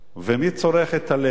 מי צורך את הלחם?